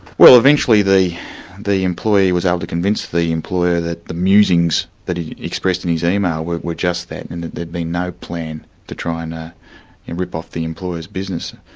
well eventually the the employee was able to convince the employer that the musings that he expressed in his email were were just that, and that there'd been no plan to try and and rip off the employer's business.